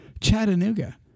Chattanooga